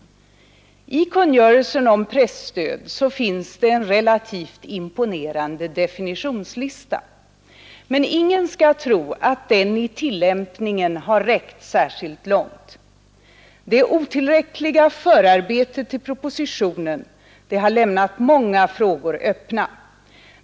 I kungörelsen om presstöd finns det en relativt imponerande definitionslista. Men ingen skall tro att den i tillämpningen har räckt särskilt långt. Det otillräckliga förarbetet till propositionen har lämnat många frågor öppna.